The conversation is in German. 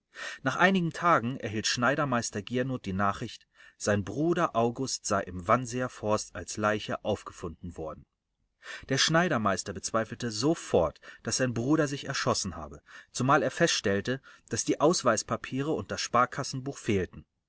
nach einigen tagen erhielt schneidermeister giernoth die nachricht sein bruder august sei im wannseer forst als leiche aufgefunden worden der schneidermeister bezweifelte sofort daß sein bruder sich erschossen habe zumal er feststellte daß die ausweispapiere und das sparkassenbuch fehlten